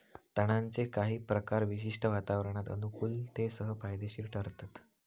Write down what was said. तणांचे काही प्रकार विशिष्ट वातावरणात अनुकुलतेसह फायदेशिर ठरतत